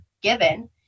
given